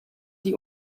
die